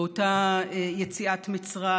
באותה יציאת מצרים.